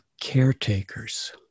caretakers